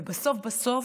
ובסוף בסוף,